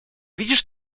widzisz